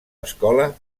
escola